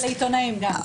גם לעיתונאים.